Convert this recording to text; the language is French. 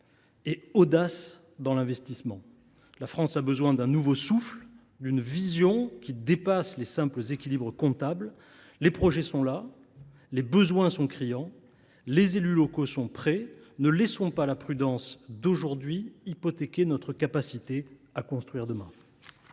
et audace dans l’investissement. La France a besoin d’un nouveau souffle, d’une vision qui dépasse les simples équilibres comptables. Les projets sont là, les besoins sont criants, les élus locaux sont prêts. Ne laissons pas la prudence d’aujourd’hui hypothéquer notre capacité à construire demain